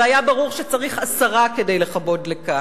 והיה ברור שצריך עשרה כדי לכבות דלקה.